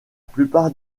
plupart